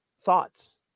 Thoughts